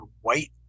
white